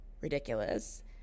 ridiculous